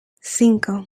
cinco